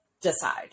decide